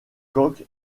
coq